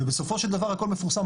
ובסופו של דבר הכל מפורסם,